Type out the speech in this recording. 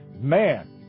man